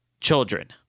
children